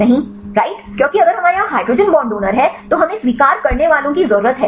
नहीं राइट क्योंकि अगर हमारे यहां हाइड्रोजन बॉन्ड डोनर है तो हमें स्वीकार करने वालों की जरूरत है